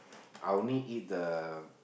I only eat the